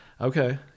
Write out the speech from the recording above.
Okay